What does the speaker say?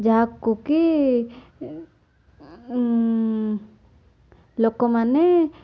ଯାହାକୁ କି ଲୋକମାନେ